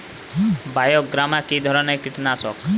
বায়োগ্রামা কিধরনের কীটনাশক?